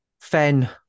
fen